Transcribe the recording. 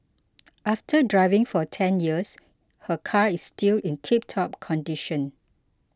after driving for ten years her car is still in tiptop condition